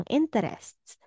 interests